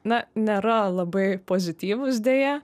na nėra labai pozityvūs deja